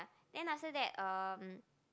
then I said that um